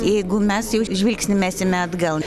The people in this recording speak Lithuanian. jeigu mes jau žvilgsnį mesime atgal